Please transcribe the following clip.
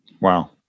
Wow